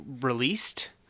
released